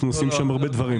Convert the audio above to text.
אנחנו עושים שם הרבה דברים.